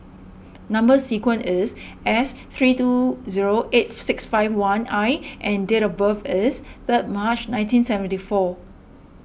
Number Sequence is S three two zero eight six five one I and date of birth is third March nineteen seventy four